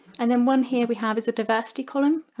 and then one here we have is a diversity column,